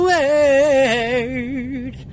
Word